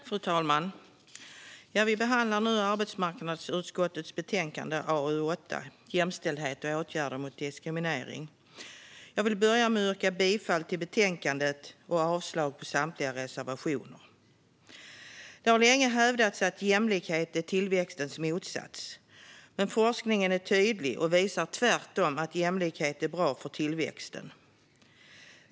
Fru talman! Vi behandlar arbetsmarknadsutskottets betänkande AU8 Jämställdhet och åtgärder mot diskriminering . Jag vill börja med att yrka bifall till förslaget och avslag på samtliga reservationer. Det har länge hävdats att jämlikhet är tillväxtens motsats, men forskningen är tydlig och visar tvärtom att jämlikhet är bra för tillväxten.